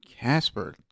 Casper